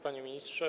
Panie Ministrze!